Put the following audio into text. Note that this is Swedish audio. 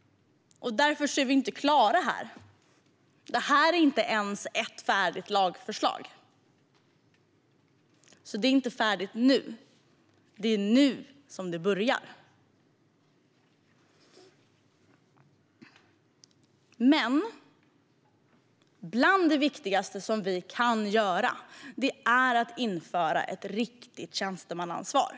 Därför är vi inte klara. Detta är inte ens ett färdigt lagförslag. Det är alltså inte färdigt nu. Det är nu som det börjar. Men bland det viktigaste vi kan göra är att införa ett riktigt tjänstemannaansvar.